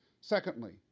secondly